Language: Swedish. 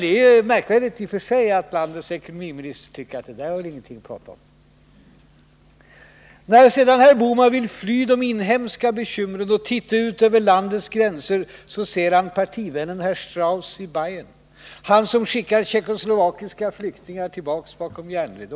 Det är ju märkvärdigt i och för sig att landets ekonomiminister tycker att det här inte är någonting att prata om. När herr Bohman sedan vill fly de inhemska bekymren och se ut över landets gränser, ser han partivännen Strauss i Bayern. Det var han som skickade tjeckoslovakiska flyktingar tillbaka bakom järnridån.